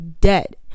dead